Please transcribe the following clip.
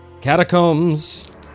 Catacombs